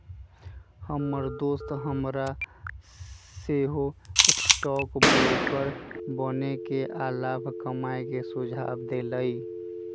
हमर दोस हमरा सेहो स्टॉक ब्रोकर बनेके आऽ लाभ कमाय के सुझाव देलइ